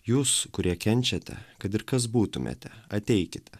jūs kurie kenčiate kad ir kas būtumėte ateikite